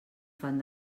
fan